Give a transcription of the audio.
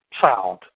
sound